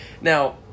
Now